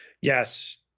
Yes